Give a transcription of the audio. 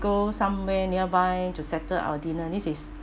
go somewhere near by to settle our dinner this is